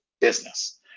business